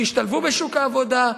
וישתלבו בשוק העבודה,